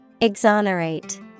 Exonerate